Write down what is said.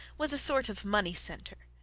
was a sort of money centre,